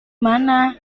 mana